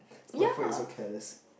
it's not my fault you so careless